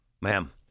Ma'am